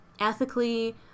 ethically